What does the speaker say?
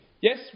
Yes